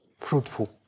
fruitful